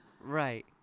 right